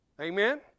Amen